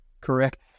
correct